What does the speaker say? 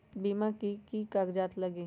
बिमा होई त कि की कागज़ात लगी?